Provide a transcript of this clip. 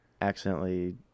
accidentally